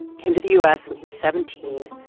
came to the u s. when he was seventeen,